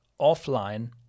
offline